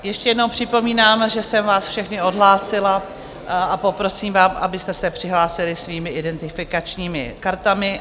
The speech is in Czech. Ještě jednou připomínám, že jsem vás všechny odhlásila, a poprosím vás, abyste se přihlásili svými identifikačními kartami.